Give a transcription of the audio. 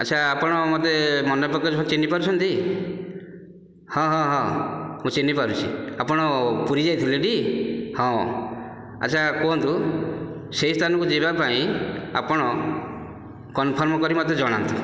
ଆଚ୍ଛା ଆପଣ ମୋତେ ମନେ ପକାଇଲେ ଚିହ୍ନି ପାରୁଛନ୍ତି ହଁ ହଁ ହଁ ମୁଁ ଚିହ୍ନ ପାରୁଛି ଆପଣ ପୁରୀ ଯାଇଥିଲେ ଟି ହଁ ଆଚ୍ଛା କୁହନ୍ତୁ ସେହି ସ୍ଥାନକୁ ଯିବା ପାଇଁ ଆପଣ କନଫର୍ମ କରି ମୋତେ ଜଣାନ୍ତୁ